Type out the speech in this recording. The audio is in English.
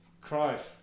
Christ